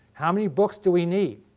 how many books do we need?